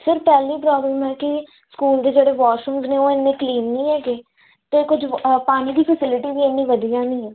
sir ਪਹਿਲੀ problem ਹੈ ਕਿ ਸਕੂਲ ਦੇ ਜਿਹੜੇ ਵਾਸ਼ਰੂਮਜ਼ ਨੇ ਉਹ ਇੰਨੇ ਕਲੀਨ ਨਹੀਂ ਹੈਗੇ ਅਤੇ ਕੁਝ ਪਾਣੀ ਦੀ ਫਸਿਲਿਟੀ ਵੀ ਇੰਨੀ ਵਧੀਆ ਨਹੀਂ ਹੈ